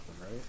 right